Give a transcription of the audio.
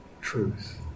truth